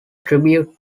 tribute